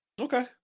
Okay